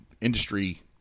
industry